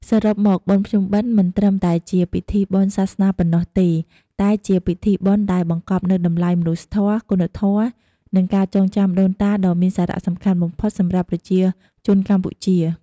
សរុបមក បុណ្យភ្ជុំបិណ្ឌ មិនត្រឹមតែជាពិធីបុណ្យសាសនាប៉ុណ្ណោះទេ តែជាពិធីបុណ្យដែលបង្កប់នូវតម្លៃមនុស្សធម៌ គុណធម៌ និងការចងចាំដូនតាដ៏មានសារៈសំខាន់បំផុតសម្រាប់ប្រជាជនកម្ពុជា។